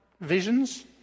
visions